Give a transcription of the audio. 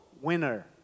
winner